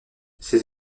ses